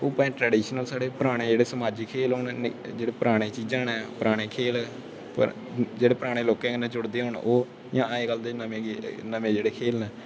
ओह् भावें ट्राडिशनल साढ़े पराने जेह्ड़े समाजिक खेल होन जेह्ड़ी परानी चीजां नै पराने खेल पर जेह्ड़े परानें लोकें कन्नै जुड़दे होन ओह् जां अज कल दे नमें जेह्ड़े खेल नै